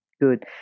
good